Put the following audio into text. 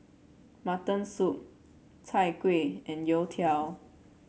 Mutton Soup Chai Kueh and youtiao